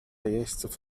jeźdźców